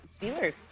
Steelers